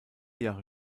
jahre